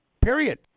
period